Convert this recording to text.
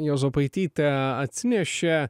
juozapaitytė atsinešė